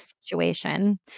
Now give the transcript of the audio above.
situation